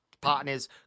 partners